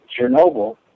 Chernobyl